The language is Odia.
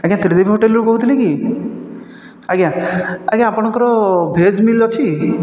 ଆଜ୍ଞା ତ୍ରିଦେବ ହୋଟେଲରୁ କହୁଥିଲେ କି ଆଜ୍ଞା ଆଜ୍ଞା ଆପଣଙ୍କର ଭେଜ୍ ମିଲ୍ ଅଛି